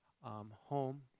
home